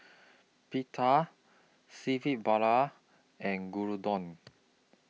Pita Seafood Paella and Gyudon